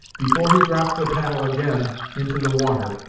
before he dropped the paddle again into the water,